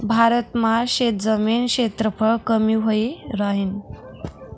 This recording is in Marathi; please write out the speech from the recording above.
भारत मा शेतजमीन क्षेत्रफळ कमी व्हयी राहीन